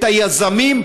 את היזמים,